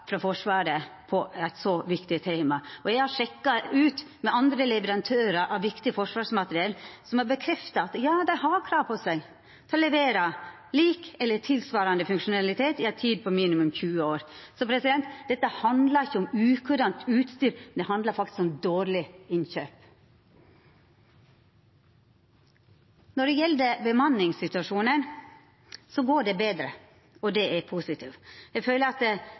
frå Forsvaret om eit så viktig tema, og eg har sjekka med andre leverandørar av viktig forsvarsmateriell, som har bekrefta at dei har krav på seg om å levera lik eller tilsvarande funksjonalitet på ei tid på minimum 20 år. Dette handlar ikkje om ukurant utstyr, det handlar faktisk om dårleg innkjøp. Når det gjeld bemanningssituasjonen, går det betre, og det er positivt. Eg føler at